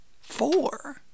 four